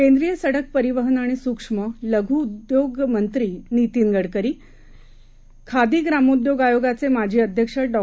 केंद्रीय सड़क परिवहन आणि सूक्ष्म लघु मध्यम उद्योग मंत्री नितीन गडकरी खादी ग्रामोद्योग आयोगाचे माजी अध्यक्ष डॉ